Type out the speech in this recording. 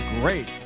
great